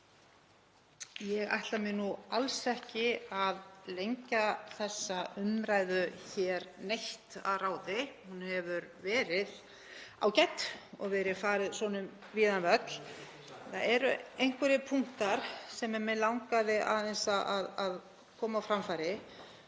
Ég ætla mér nú alls ekki að lengja þessa umræðu neitt að ráði. Hún hefur verið ágæt og farið um víðan völl. Það eru einhverjir punktar sem mig langaði aðeins að koma á framfæri